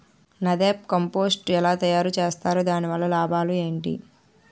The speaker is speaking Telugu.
నదెప్ కంపోస్టు ఎలా తయారు చేస్తారు? దాని వల్ల లాభాలు ఏంటి?